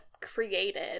created